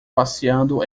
passeando